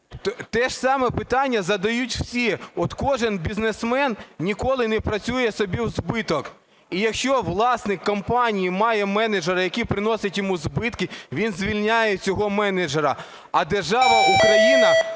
Те ж саме питання задають всі, от кожен бізнесмен ніколи не працює собі в збиток. І якщо власник компанії має менеджера, який приносить йому збитки, він звільняє цього менеджера. А держава Україна